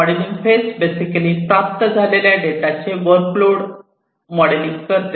modelling phase basically प्राप्त झालेल्या डेटाचे वर्कलोड मॉडेलिंग करते